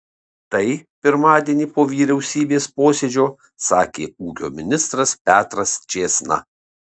tai pirmadienį po vyriausybės posėdžio sakė ūkio ministras petras čėsna